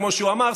כמו שהוא אמר.